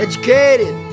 Educated